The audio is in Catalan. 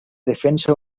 defensa